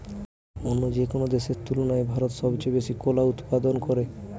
অন্য যেকোনো দেশের তুলনায় ভারত সবচেয়ে বেশি কলা উৎপাদন করে